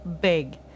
big